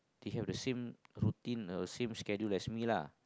they have the same routine and same schedule like me lah